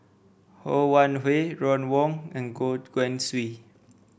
Ho Wan Hui Ron Wong and Goh Guan Siew